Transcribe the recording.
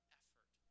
effort